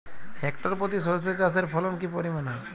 Hectare প্রতি সর্ষে চাষের ফলন কি পরিমাণ হয়?